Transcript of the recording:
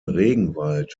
regenwald